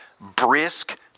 brisk